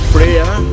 Prayer